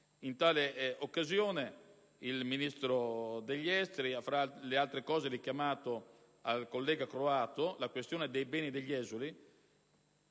prima ricordato, il Ministro degli esteri ha, fra le altre cose, richiamato al collega croato la questione dei beni degli esuli,